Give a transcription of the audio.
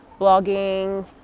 blogging